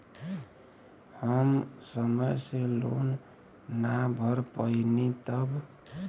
हम समय से लोन ना भर पईनी तब?